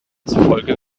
zufolge